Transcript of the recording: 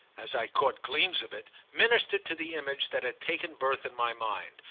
as i caught gleams of it, ministered to the image that had taken birth in my mind,